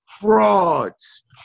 frauds